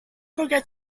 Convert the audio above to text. forget